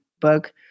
book